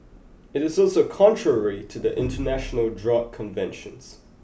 it is also contrary to the International Drug Conventions